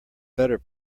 better